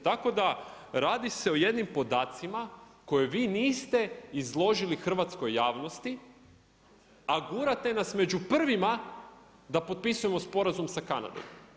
Tako da radi se o jednim podacima koju vi niste izložili hrvatskoj javnosti, a gurate nas među prvima da potpisujemo sporazum sa Kanadom.